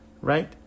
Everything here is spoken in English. right